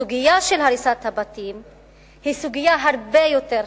הסוגיה של הריסת הבתים היא סוגיה הרבה יותר חמורה,